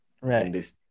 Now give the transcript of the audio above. Right